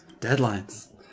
Deadlines